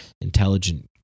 intelligent